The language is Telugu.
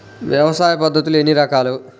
వ్యవసాయ పద్ధతులు ఎన్ని రకాలు?